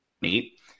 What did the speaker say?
neat